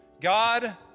God